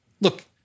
look